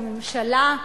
כשהממשלה,